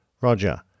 Roger